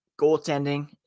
goaltending